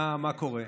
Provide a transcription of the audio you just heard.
מה קורה.